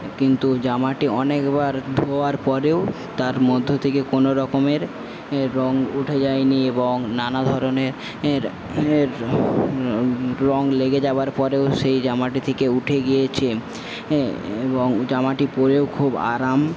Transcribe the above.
কিন্তু জামাটি অনেকবার ধোয়ার পরেও তার মধ্য থেকে কোনোরকমের রঙ উঠে যায়নি এবং নানাধরনের এর রঙ লেগে যাওয়ার পরেও সেই জামাটি থেকে উঠে গিয়েছে এবং জামাটি পরেও খুব আরাম